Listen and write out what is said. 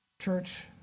Church